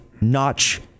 notch